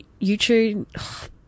YouTube